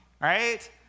right